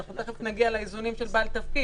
תיכף נגיע לאיזונים של בעל תפקיד.